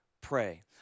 pray